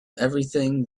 everything